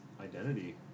identity